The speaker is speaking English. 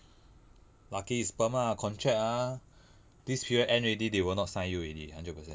lucky is perm ah contract ah this period end already they will not sign you already hundred percent